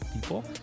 people